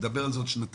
נדבר על זה עוד שנתיים,